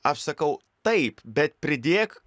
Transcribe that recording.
aš sakau taip bet pridėk